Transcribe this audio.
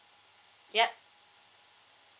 yup